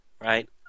Right